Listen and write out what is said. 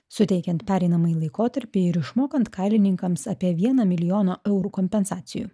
suteikiant pereinamąjį laikotarpį ir išmokant kailininkams apie viena milijoną eurų kompensacijų